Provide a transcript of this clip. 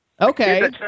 Okay